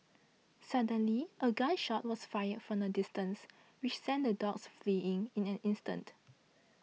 suddenly a gun shot was fired from a distance which sent the dogs fleeing in an instant